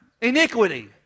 Iniquity